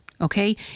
okay